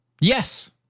Yes